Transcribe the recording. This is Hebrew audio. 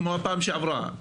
כמו בפעם שעברה: